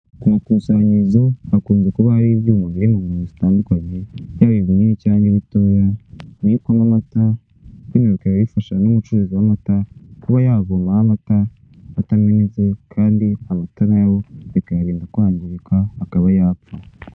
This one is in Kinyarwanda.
Kumakusanyirizo hakunze kuba hari ibyuma biri mu ngano zitandukanye, yaba ibinini cyangwa ibitoya, bibikwamo amata kandi bikaba bifasha n'umucuruzi w'amata kuba yavomaho amata, atamenetse kandi amata nayo bikayarinda kwangirika akaba yapfa.